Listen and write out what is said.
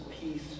peace